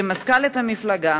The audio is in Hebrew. כמזכ"לית המפלגה